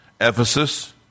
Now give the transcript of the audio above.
Ephesus